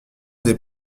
des